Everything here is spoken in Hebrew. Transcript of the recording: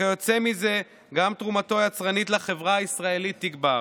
וכיוצא מזה גם תרומתו היצרנית לחברה הישראלית תגבר.